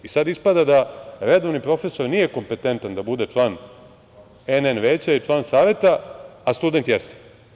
Sada ispada da redovni profesor nije kompetentan da bude član NN veća i član saveta, a student jeste.